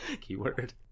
Keyword